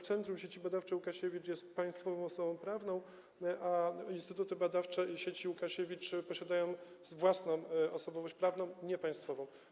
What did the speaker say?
Centrum Sieci Badawczej Łukasiewicz jest państwową sobą prawną, a instytuty badawcze sieci Łukasiewicz posiadają własną osobowość prawną, nie państwową.